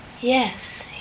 Yes